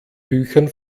büchern